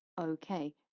okay